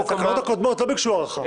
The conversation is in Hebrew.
בתקנות הקודמות לא ביקשו הארכה.